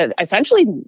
essentially